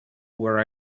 where